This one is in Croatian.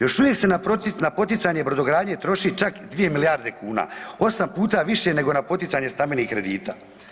Još uvijek se naprotiv, na poticanje brodogradnje troši čak 2 milijarde kuna, 8 puta više nego na poticanje stambenih kredita.